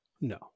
No